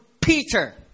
Peter